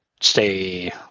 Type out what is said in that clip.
stay